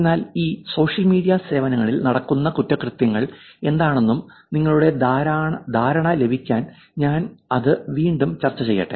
എന്നാൽ ഈ social media സേവനങ്ങളിൽ നടക്കുന്ന കുറ്റകൃത്യങ്ങൾ എന്താണെന്നുള്ള നിങ്ങളുടെ ധാരണ ലഭിക്കാൻ ഞാൻ അത് വീണ്ടും ചർച്ച ചെയ്യട്ടെ